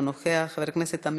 חבר הכנסת מסעוד גנאים,